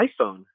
iPhone